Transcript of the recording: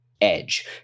edge